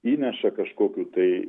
įneša kažkokių tai